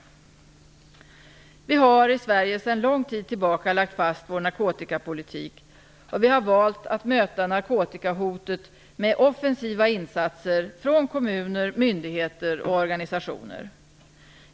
Vi har i Sverige sedan lång tid tillbaka lagt fast vår narkotikapolitik, och vi har valt att möta narkotikahotet med offensiva insatser från kommuner, myndigheter och organisationer.